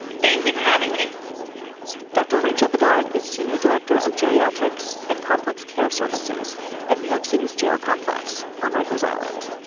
thank you for having me dr. rachel bedard is senior director of geriatrics and complex care services at new york city's jail complex on rikers island.